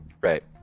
right